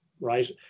right